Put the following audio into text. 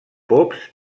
pops